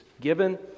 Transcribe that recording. given